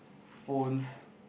phones